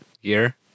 year